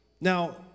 Now